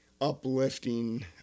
uplifting